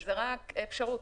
זה רק אפשרות.